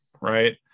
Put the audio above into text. right